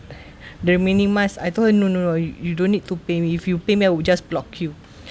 the remaining mask I told her no no no you don't need to pay me if you pay me I will just block you